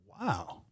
Wow